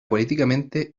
políticamente